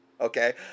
Okay